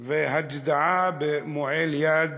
והצדעה במועל יד